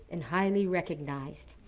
and highly recognized.